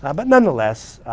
um but nonetheless,